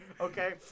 Okay